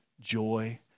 joy